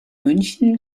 münchen